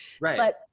Right